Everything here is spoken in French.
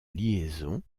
liaison